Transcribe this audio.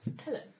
Hello